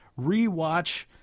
rewatch